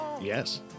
Yes